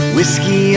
Whiskey